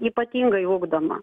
ypatingai ugdoma